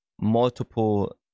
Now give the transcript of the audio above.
multiple